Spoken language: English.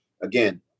Again